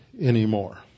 anymore